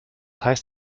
heißt